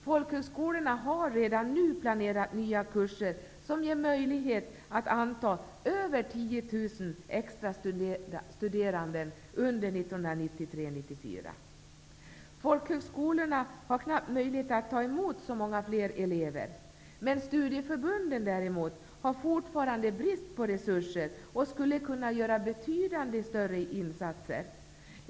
Folkhögskolorna har redan nu planerat nya kurser som ger möjlighet att anta över 10 000 extra studeranden under 1993/94. Folkhögskolorna har knappt möjlighet att ta emot så många fler elever. Men studieförbunden däremot har fortfarande brist på resurser och skulle kunna göra större insatser.